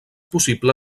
possible